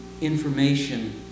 information